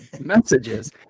messages